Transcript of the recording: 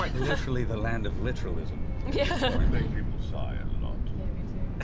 quite literally the land of literalism make people sigh a and lot. i mean ah